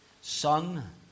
son